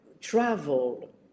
Travel